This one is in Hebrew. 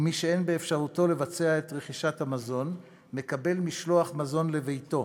ומי שאין באפשרותו לבצע את רכישת המזון מקבל משלוח מזון לביתו.